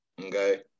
Okay